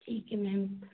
ठीक है मेम